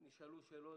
נשאלו שאלות,